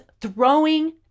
throwing